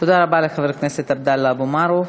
תודה רבה, חבר הכנסת עבדאללה אבו מערוף.